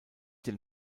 dem